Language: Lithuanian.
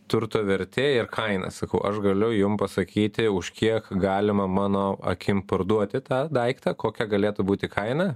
turto vertė ir kaina sakau aš galiu jum pasakyti už kiek galima mano akim parduoti tą daiktą kokia galėtų būti kaina